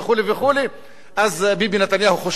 אז ביבי נתניהו חושב שהוא יפסיד את הבחירות.